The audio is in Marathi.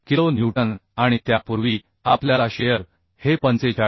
57 किलो न्यूटन आणि त्यापूर्वी आपल्याला शिअर हे 45